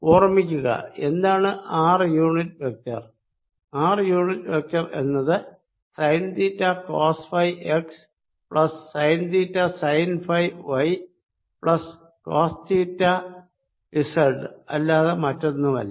ഓർമ്മിക്കുക എന്താണ് R unit vector R unit vector എന്നത് sine theta cos phi X plus sine theta sine phi Y plus cos theta Z അല്ലാതെ മറ്റൊന്നുമല്ല